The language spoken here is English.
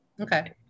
Okay